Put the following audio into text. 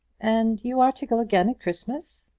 and you are to go again at christmas?